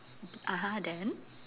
(uh huh) then